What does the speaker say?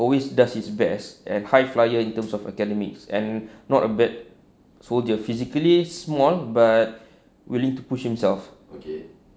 always does his best and high flyer in terms of academics and not a bit so dia physically small but willing to push himself